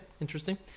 interesting